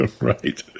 right